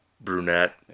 brunette